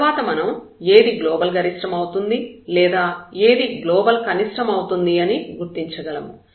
తర్వాత మనం ఏది గ్లోబల్ గరిష్టం అవుతుంది లేదా ఏది గ్లోబల్ కనిష్టం అవుతుందని గుర్తించగలము